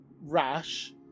Rash